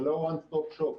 זה לא one-stop shop.